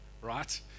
right